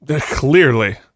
Clearly